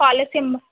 college symbol